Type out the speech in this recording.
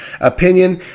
opinion